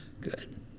good